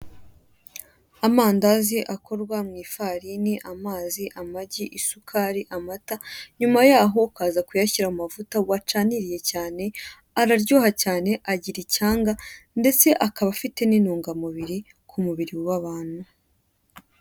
Amandazi akorwa mu ifarini, amazi, amagi, isukari, amata nyuma yaho ukaza kuyashyira mu mavuta wacaniriye cyane, araryoha cyane agira icyanga ndetse akaba afite n'intungamubiri ku mubiri w'abantu.